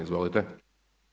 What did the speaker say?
Izvolite.